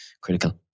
critical